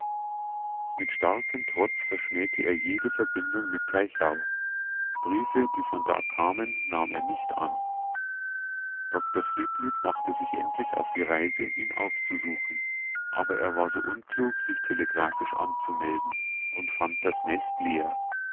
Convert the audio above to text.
mit starkem trotz verschmähte er jede verbindung mit teichau briefe die von da kamen nahm er nicht an dr friedlieb machte sich endlich auf die reise ihn aufzusuchen aber er war so unklug sich telegraphisch anzumelden und fand das nest leer